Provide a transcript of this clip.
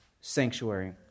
sanctuary